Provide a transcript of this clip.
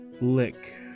lick